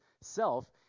self